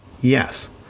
yes